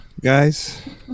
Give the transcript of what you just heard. guys